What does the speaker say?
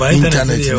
Internet